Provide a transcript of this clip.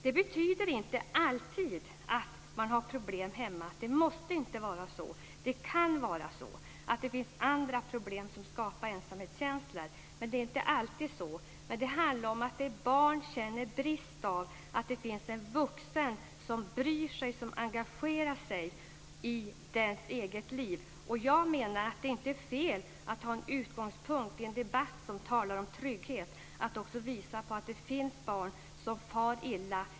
Det betyder inte alltid att man har problem hemma. Det måste inte vara så. Det kan finnas andra problem som skapar ensamhetskänslor. Men det är inte alltid så. Det handlar om att barn känner en brist, att det inte finns en vuxen som bryr sig, som engagerar sig i barnets eget liv. Jag menar att det inte är fel att i en debatt som handlar om trygghet också visa på att det finns barn som far illa.